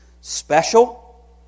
special